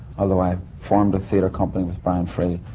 although i formed a theatre company with brian fray,